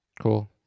cool